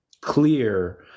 clear